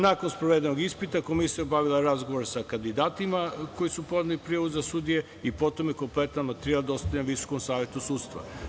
Nakon sprovedenog ispita komisija je obavila razgovor sa kandidatima koji su podneli prijavu za sudije i potom je kompletan materijal dostavljen Visokom savetu sudstva.